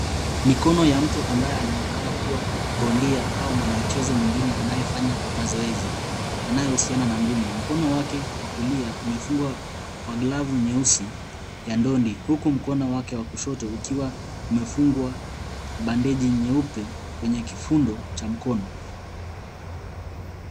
Mikono ya mtu ambaye anaonekana kuwa bondia au mwana mchezo mwingine anayefanya mazoezi yanayousiana na ngumi, Mkono wake wa kulia umefungwa Kwa glavu nyeusi ya ndondi, uku mkono wake wa kushoto ukiwa umefungwa pandeji nyeupe kwenye kifundo cha mkono